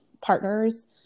partners